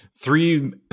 Three